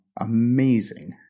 amazing